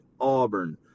Auburn